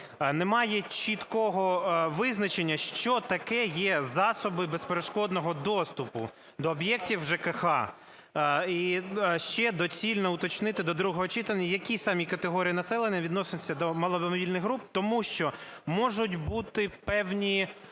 Немає чіткого визначення, що таке є "засоби безперешкодного доступу до об'єктів ЖКХ". І ще доцільно уточнити до другого читання, які саме категорії населення відносяться до маломобільних груп, тому що можуть бути певні